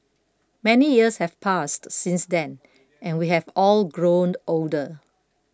many years have passed since then and we have all grown older